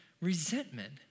resentment